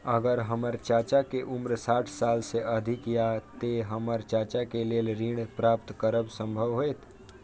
अगर हमर चाचा के उम्र साठ साल से अधिक या ते हमर चाचा के लेल ऋण प्राप्त करब संभव होएत?